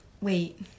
wait